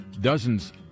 dozens